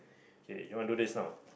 K you wanna do this now